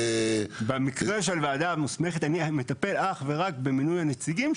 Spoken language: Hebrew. במקרה של וועדה מוסמכת אני מטפל אך ורק במינוי הנציגים,